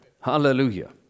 Hallelujah